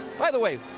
by the way,